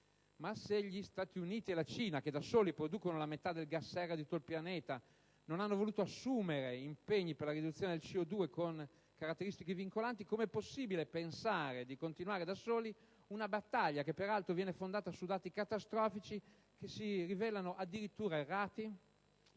Ma se gli Stati Uniti e la Cina, che da soli producono la metà dei gas serra di tutto il pianeta, non hanno voluto assumere impegni per la riduzione del CO2 con caratteristiche vincolanti, come è possibile pensare di continuare da soli una battaglia che peraltro viene fondata su dati catastrofici che si rivelano addirittura errati?